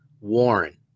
Warren